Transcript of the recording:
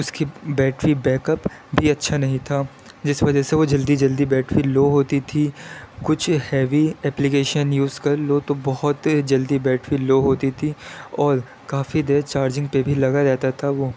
اس کی battery backup بھی اچھا نہیں تھا جس وجہ سے وہ جلدی جلدی بیٹری لو ہوتی تھی کچھ ہیوی اپپلیکیشن یوز کر لو تو بہت جلدی بیٹری لو ہوتی تھی اور کافی دیر چارجنگ پہ بھی لگا رہتا تھا وہ